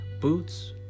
boots